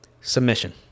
Submission